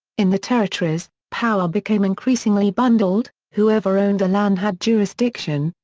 in the territories, power became increasingly bundled whoever owned the land had jurisdiction,